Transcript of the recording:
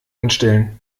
anstellen